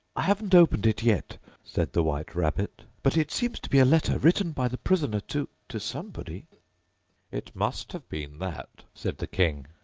i haven't opened it yet said the white rabbit, but it seems to be a letter, written by the prisoner to to somebody it must have been that said the king,